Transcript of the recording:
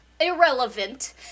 irrelevant